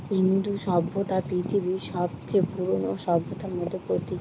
ইন্দু সভ্যতা পৃথিবীর সবচে পুরোনো সভ্যতার মধ্যে পড়তিছে